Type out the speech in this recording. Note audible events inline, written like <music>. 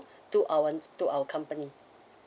<breath> to our to our company